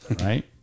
Right